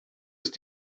ist